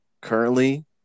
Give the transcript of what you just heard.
currently